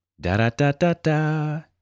Da-da-da-da-da